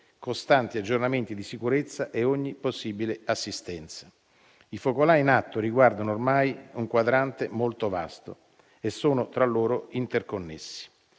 costanti aggiornamenti di sicurezza e ogni possibile assistenza. I focolai in atto riguardano ormai un quadrante molto vasto e sono tra loro interconnessi.